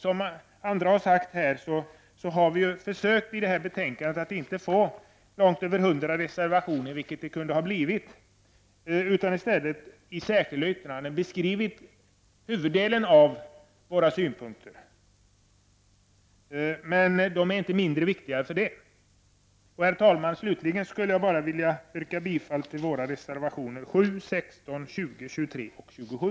Som andra här har sagt har vi försökt att inte få långt över 100 reservationer till betänkandet, vilket kunde ha blivit fallet. I stället har vi i särskilda yrkanden beskrivit huvuddelen av våra synpunkter. Men de är inte mindre viktiga för det. Herr talman! Slutligen skulle jag vilja yrka bifall till våra reservationer 7, 16, 20, 23 och 27.